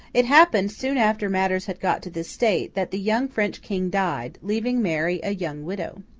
it happened, soon after matters had got to this state, that the young french king died, leaving mary a young widow.